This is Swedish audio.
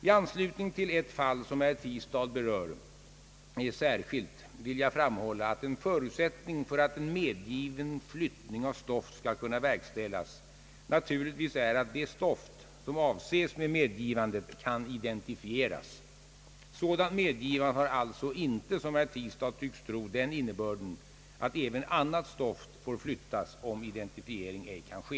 I anslutning till ett fall, som herr Tistad berör särskilt, vill jag framhålla, att en förutsättning för att en medgiven flyttning av stoft skall kunna verkställas naturligtvis är att de stoft, som avses med medgivandet, kan identifieras. Sådant medgivande har alltså inte som herr Tistad tycks tro den innebörden, att även annat stoft får flyttas om identifiering ej kan ske.